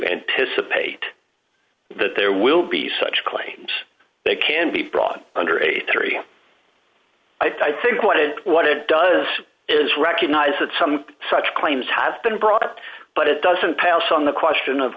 anticipate that there will be such claims that can be brought under a three i think what it what it does is recognize that some such claims have been brought but it doesn't pass on the question of